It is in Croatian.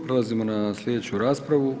Prelazimo na sljedeću raspravu.